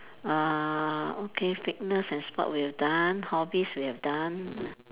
uh okay fitness and sport we have done hobbies we have done